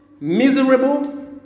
miserable